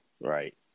Right